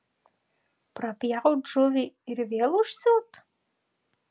prapjaut žuvį ir vėl užsiūt